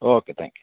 okay thank you